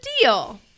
deal